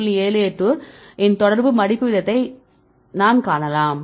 78 இன் தொடர்பு மடிப்பு வீதத்துடன் நாம் காணலாம்